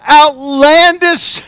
outlandish